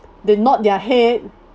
the nod their head